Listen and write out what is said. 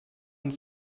und